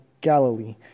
Galilee